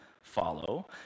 follow